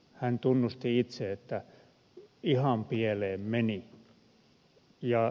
hän tunnusti itse että ihan pieleen meni